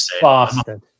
bastard